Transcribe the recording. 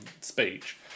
speech